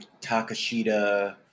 Takashita